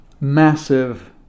massive